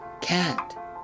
Cat